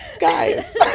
guys